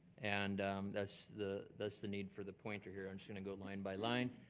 and that's the that's the need for the pointer here. i'm just gonna go line by line.